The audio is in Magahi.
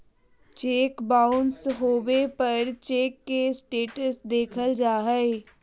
चेक बाउंस होबे पर चेक के स्टेटस देखल जा हइ